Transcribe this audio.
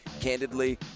candidly